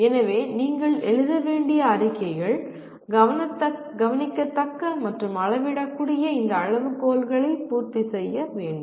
எனவே நீங்கள் எழுத வேண்டிய அறிக்கைகள் கவனிக்கத்தக்க மற்றும் அளவிடக்கூடிய இந்த அளவுகோல்களை பூர்த்தி செய்ய வேண்டும்